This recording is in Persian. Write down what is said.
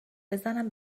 بزنم